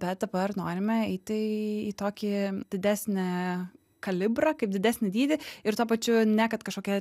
bet dabar norime eiti į tokį didesnį kalibrą kaip didesnį dydį ir tuo pačiu ne kad kažkokioj